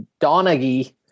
Donaghy